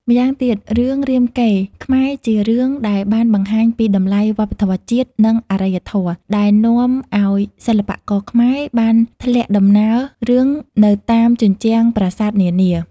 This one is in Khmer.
ម៉្យាងទៀត រឿងរាមកេរ្តិ៍ខ្មែរជារឿងដែលបានបង្ហាញពីតម្លៃវប្បធម៌ជាតិ និងអរិយធម៌ ដែលនាំអោយសិល្បករខ្មែរបានធ្លាក់ដំណើររឿងនៅតាមជញ្ជាំងប្រាសាទនានា។